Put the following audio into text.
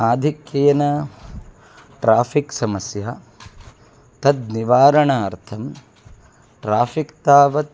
आधिक्येन ट्राफ़िक् समस्या तन्निवारणार्थं ट्राफ़िक् तावत्